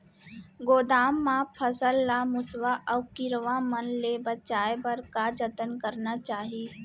गोदाम मा फसल ला मुसवा अऊ कीरवा मन ले बचाये बर का जतन करना चाही?